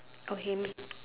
okay